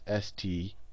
st